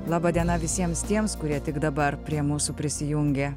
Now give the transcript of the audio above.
laba diena visiems tiems kurie tik dabar prie mūsų prisijungė